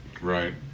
Right